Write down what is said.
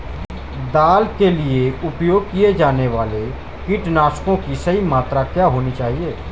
दाल के लिए उपयोग किए जाने वाले कीटनाशकों की सही मात्रा क्या होनी चाहिए?